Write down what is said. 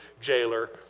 jailer